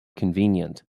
convenient